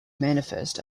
manifest